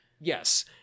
Yes